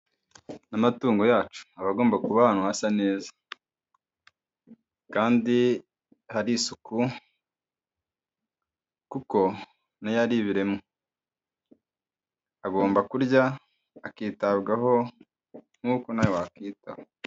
Amatungo yacu aba agomba kuba ahantu hasa neza, kandi hari isuku, kuko na yo ari ibiremwa, agomba kurya, akitabwaho nk'uko nawe wakwiyitaho.